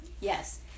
Yes